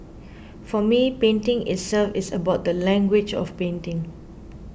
for me painting itself is about the language of painting